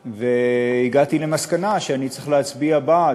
והגעתי למסקנה שאני צריך להצביע בעד,